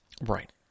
Right